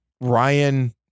Ryan